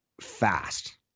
fast